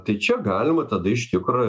tai čia galima tada iš tikro